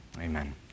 Amen